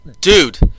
dude